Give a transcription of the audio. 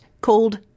called